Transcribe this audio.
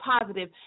positive